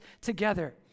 together